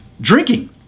drinking